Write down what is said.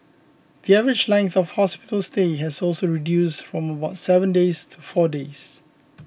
the average length of hospital stay has also reduced from about seven days to four days